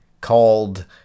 called